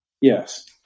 yes